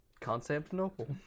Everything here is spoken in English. Constantinople